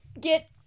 get